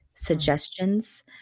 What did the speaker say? suggestions